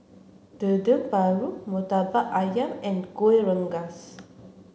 Dendeng Paru Murtabak Ayam and Gueh Rengas